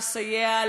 לסייע,